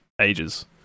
ages